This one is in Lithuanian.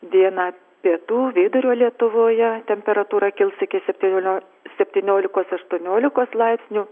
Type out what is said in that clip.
dieną pietų vidurio lietuvoje temperatūra kils iki septynių septyniolikos aštuoniolikos laipsnių